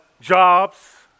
jobs